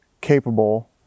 capable